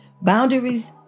Boundaries